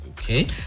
Okay